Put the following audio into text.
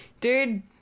Dude